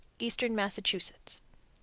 eastern massachusetts.